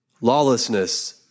Lawlessness